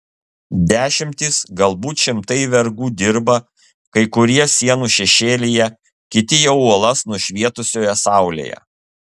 dešimtys galbūt šimtai vergų dirba kai kurie sienų šešėlyje kiti jau uolas nušvietusioje saulėje